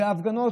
זה ההפגנות?